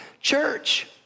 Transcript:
church